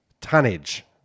tonnage